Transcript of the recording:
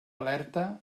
alerta